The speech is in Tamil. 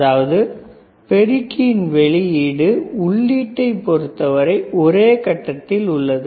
அதாவது பெருக்கியின் வெளியீடு உள்ளீட்டைப் பொறுத்தவரை ஒரே கட்டத்தில் உள்ளது